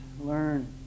learn